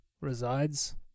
resides